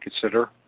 consider